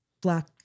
black